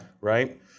Right